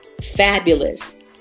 fabulous